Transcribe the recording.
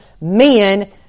men